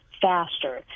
faster